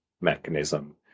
mechanism